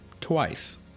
twice